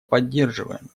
поддерживаем